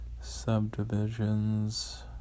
subdivisions